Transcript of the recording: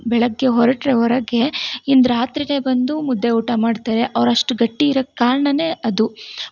ಬೆಳಗ್ಗೆ ಹೊರಟರೆ ಹೊರಗೆ ಇನ್ನು ರಾತ್ರಿಯೇ ಬಂದು ಮುದ್ದೆ ಊಟ ಮಾಡ್ತಾರೆ ಅವ್ರು ಅಷ್ಟು ಗಟ್ಟಿ ಇರೋಕ್ ಕಾರ್ಣವೇ ಅದು